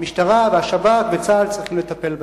המשטרה והשב"כ וצה"ל צריכים לטפל בהם.